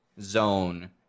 zone